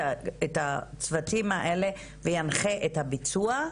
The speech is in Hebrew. את הצוותים האלה וינחה את הביצוע,